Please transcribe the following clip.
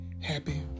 happy